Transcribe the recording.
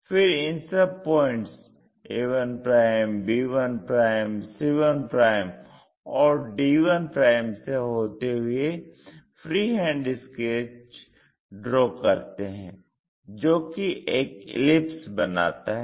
फिर इन सब पॉइंट्स a1 b1 c1 और d1 से होते हुए फ्री हैंड स्केच ड्रा करते हैं जो कि एक एलिप्स बनाता है